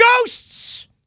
ghosts